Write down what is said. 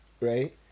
right